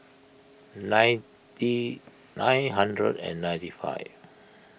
ninety nine hundred and ninety five